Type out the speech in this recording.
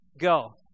Go